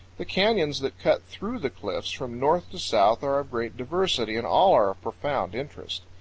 the canyons that cut through the cliffs from north to south are of great diversity and all are of profound interest.